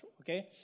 okay